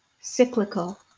cyclical